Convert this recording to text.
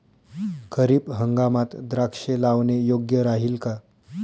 खरीप हंगामात द्राक्षे लावणे योग्य राहिल का?